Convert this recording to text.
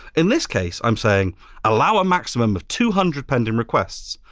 in this case, i'm saying allow a maximum of two hundred pending requests.